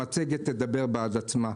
המצגת תדבר בעד עצמה.